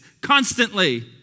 constantly